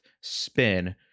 spin